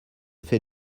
fais